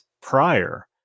prior